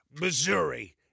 Missouri